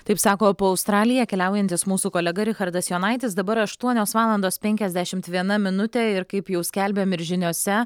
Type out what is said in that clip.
taip sako po australiją keliaujantis mūsų kolega richardas jonaitis dabar aštuonios valandos penkiasdešimt viena minutė ir kaip jau skelbėm ir žiniose